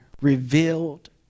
revealed